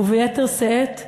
וביתר שאת,